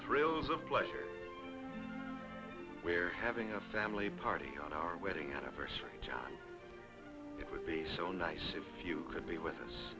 thrills of pleasure we're having a family party on our wedding anniversary it would be so nice if you could be with us